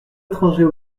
étranger